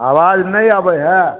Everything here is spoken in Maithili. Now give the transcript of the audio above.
आवाज नहि अबैत है